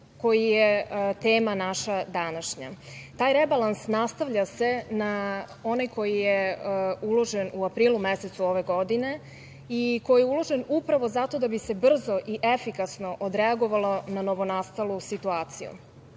koji je tema naša današnja. Taj rebalans nastavlja se na onaj koji je uložen u aprilu mesecu ove godine i koji je uložen upravo zato da bi se brzo i efikasno odreagovalo na novonastalu situaciju,